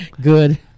good